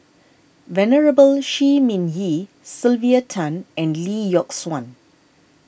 Venerable Shi Ming Yi Sylvia Tan and Lee Yock Suan